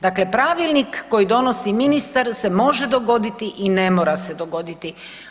Dakle pravilnik koji donosi ministar se može dogoditi i ne mora se dogoditi.